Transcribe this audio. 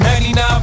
99